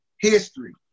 History